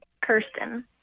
Kirsten